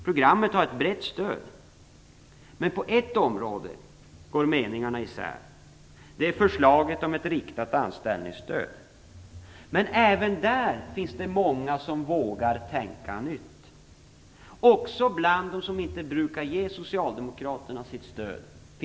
Programmet har ett brett stöd, men på ett område går meningarna isär. Det gäller förslaget om ett riktat anställningsstöd. Men även där finns det många som vågar tänka nytt, också bland dem som inte brukar ge socialdemokraterna sitt stöd.